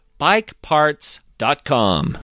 bikeparts.com